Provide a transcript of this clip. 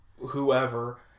whoever